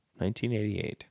1988